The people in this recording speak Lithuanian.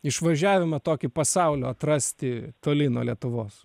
išvažiavimą tokį pasaulio atrasti toli nuo lietuvos